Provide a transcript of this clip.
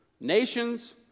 nations